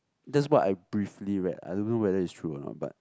that's what I briefly read I don't know whether it's true or not but